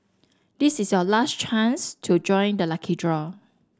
this is your last chance to join the lucky draw